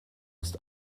ist